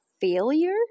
failure